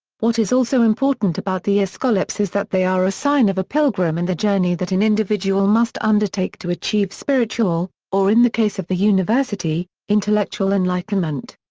what is also important about the escallops is that they are a sign of a pilgrim and the journey that an individual must undertake to achieve spiritual, or in the case of the university, intellectual enlightenment.